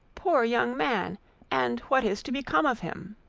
poor young man and what is to become of him?